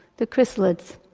the chrysalids.